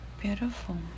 Beautiful